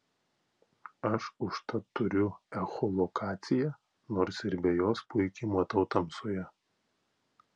aš užtat turiu echolokaciją nors ir be jos puikiai matau tamsoje